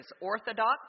Orthodox